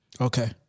Okay